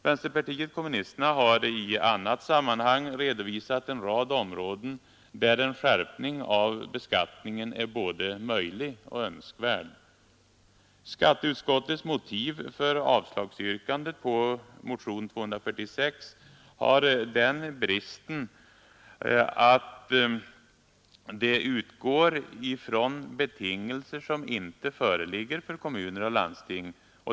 Vänsterpartiet kommunisterna har i annat sammanhang redovisat en rad områden, där en skärpning av beskattningen är både möjlig och önskvärd. Skatteutskottets motiv för avslagsyrkandet när det gäller motion 246 har den bristen att de utgår från betingelser som inte föreligger för kommuner och landsting.